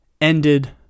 ended